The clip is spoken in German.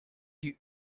die